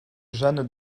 jeanne